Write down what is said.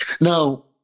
Now